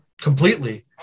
completely